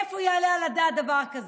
איפה יעלה על הדעת דבר כזה?